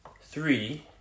three